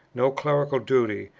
no clerical duty,